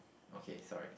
okay sorry